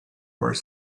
were